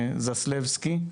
זסלבסקי.